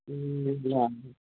ल